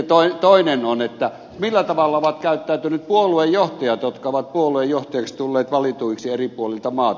sitten toinen on se millä tavalla ovat käyttäytyneet puoluejohtajat jotka ovat puoluejohtajiksi tulleet valituiksi eri puolilta maata